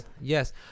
Yes